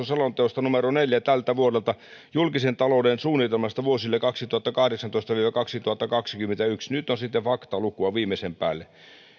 selonteosta numero neljältä tältä vuodelta julkisen talouden suunnitelmasta vuosille kaksituhattakahdeksantoista viiva kaksituhattakaksikymmentäyksi nyt on sitten faktalukua viimeisen päälle